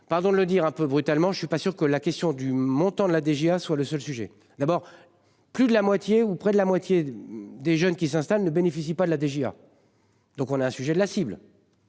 pardon de le dire un peu brutalement. Je ne suis pas sûr que la question du montant de la DGA soit le seul sujet d'abord. Plus de la moitié ou près de la moitié des jeunes qui s'installent ne bénéficient pas de la DGA. Donc on a un sujet de la cible.